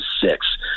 six